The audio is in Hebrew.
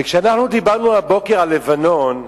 כאשר אנחנו דיברנו הבוקר על לבנון,